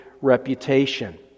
reputation